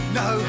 no